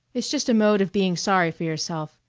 it's just a mode of being sorry for yourself.